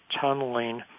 tunneling